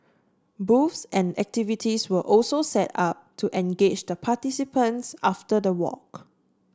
booths and activities were also set up to engage the participants after the walk